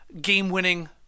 game-winning